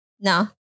No